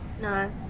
no